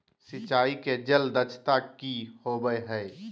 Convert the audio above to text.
सिंचाई के जल दक्षता कि होवय हैय?